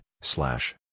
Slash